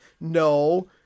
no